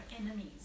enemies